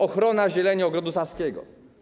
Ochrona zieleni Ogrodu Saskiego.